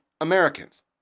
Americans